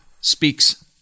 speaks